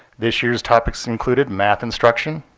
this year's topics included math instruction,